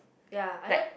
ya I just